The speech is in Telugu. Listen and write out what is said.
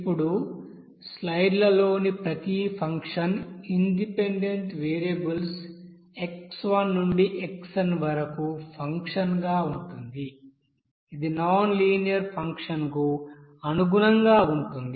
ఇప్పుడు స్లయిడ్లలోని ప్రతి ఫంక్షన్ ఇండిపెండెంట్ వేరియబుల్స్ x1 నుండి xn వరకు ఫంక్షన్గా ఉంటుంది ఇది నాన్ లీనియర్ ఫంక్షన్కు అనుగుణంగా ఉంటుంది